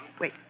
Wait